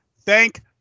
Thank